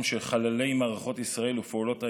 של חללי מערכות ישראל ופעולות האיבה,